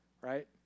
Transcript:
right